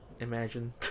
imagine